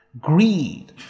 Greed